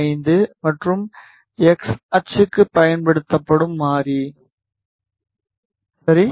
25 மற்றும் எக்ஸ் அச்சுக்கு பயன்படுத்தப்படும் மாறி சரி